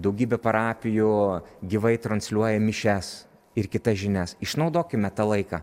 daugybė parapijų gyvai transliuoja mišias ir kitas žinias išnaudokime tą laiką